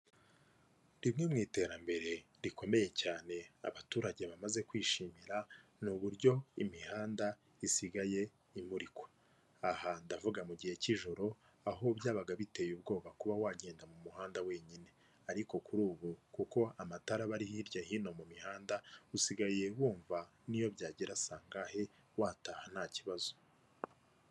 Rimwe mu iterambere rikomeye cyane abaturage bamaze kwishimira ni uburyo imihanda isigaye imurikwa aha ndavuga mu gihe cy'ijoro aho byabaga biteye ubwoba kuba wagenda mu muhanda wenyine ariko kuri ubu kuko amatara bari hirya hino mu mihanda usigaye wumva niyo byagera asangahe wataha nta kibazo.